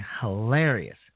hilarious